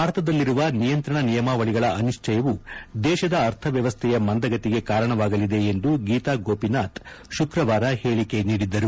ಭಾರತದಲ್ಲಿರುವ ನಿಯಂತ್ರಣ ನಿಯಮಾವಳಿಗಳ ಅನಿಶ್ಚಯವು ದೇಶದ ಅರ್ಥವ್ಯವಸ್ಥೆಯ ಮಂದಗತಿಗೆ ಕಾರಣವಾಗಲಿದೆ ಎಂದು ಗೋತಾ ಗೋಪಿನಾಥ್ ಶುಕ್ರವಾರ ಹೇಳಿಕೆ ನೀಡಿದ್ದರು